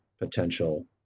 potential